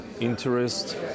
interest